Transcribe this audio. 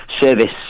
service